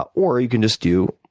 um or you can just do,